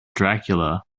dracula